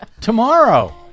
Tomorrow